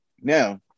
Now